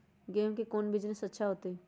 गेंहू के कौन बिजनेस अच्छा होतई?